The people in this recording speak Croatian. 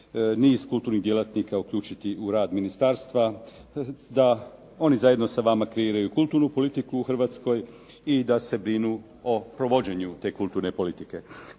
niz kulturnih djelatnika uključiti u rad ministarstva da oni zajedno sa vama kreiraju kulturnu politiku u Hrvatskoj i da se brinu o provođenju te kulturne politike.